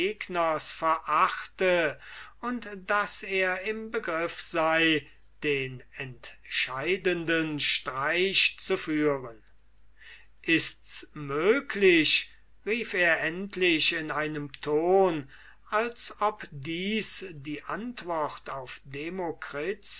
verachte und daß er im begriff sei den entscheidenden streich zu führen ists möglich rief er endlich in einem ton als ob dies die antwort auf die